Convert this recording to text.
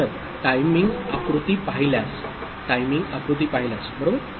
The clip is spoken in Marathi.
तर टाइमिंग आकृती पाहिल्यास बरोबर